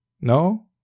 No